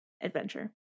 adventure